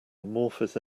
amorphous